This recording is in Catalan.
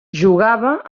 jugava